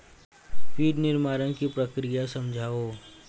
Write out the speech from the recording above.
feed निर्माण की प्रक्रिया समझाओ